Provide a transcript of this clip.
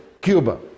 Cuba